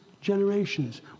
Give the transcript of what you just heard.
generations